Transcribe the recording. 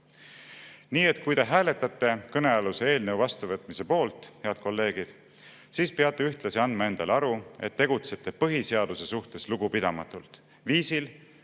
Nii et kui te hääletate kõnealuse eelnõu vastuvõtmise poolt, head kolleegid, siis peate ühtlasi andma endale aru, et tegutsete põhiseaduse suhtes lugupidamatult, viisil,